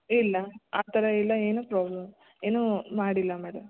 ಇಲ್ಲ ಆ ಥರ ಇಲ್ಲ ಏನೂ ಪ್ರಾಬ್ಲಮ್ ಏನೂ ಮಾಡಿಲ್ಲ ಮೇಡಮ್